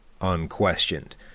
unquestioned